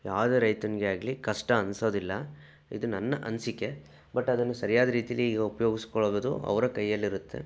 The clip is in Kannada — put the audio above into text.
ಯಾವುದೇ ರೈತನಿಗೆ ಆಗಲಿ ಕಷ್ಟ ಅನ್ನಿಸೋದಿಲ್ಲ ಇದು ನನ್ನ ಅನಿಸಿಕೆ ಬಟ್ ಅದನ್ನು ಸರಿಯಾದ ರೀತಿಯಲ್ಲಿ ಈಗ ಉಪಯೋಗಿಸ್ಕೊಳ್ಳೋದು ಅವರ ಕೈಯ್ಯಲ್ಲಿರುತ್ತೆ